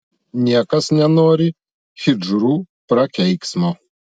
niekas nenori hidžrų prakeiksmo